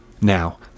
Now